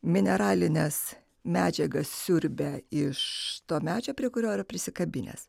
mineralines medžiagas siurbia iš to medžio prie kurio yra prisikabinęs